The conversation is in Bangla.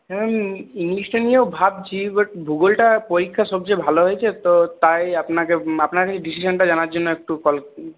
হ্যাঁ ম্যাম ইংলিশটা নিয়েও ভাবছি বাট ভূগোলটা পরীক্ষা সবচেয়ে ভালো হয়েছে তো তাই আপনাকে আপনার কাছে ডিসিশানটা জানার জন্য একটু কল